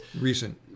Recent